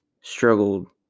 struggled